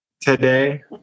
today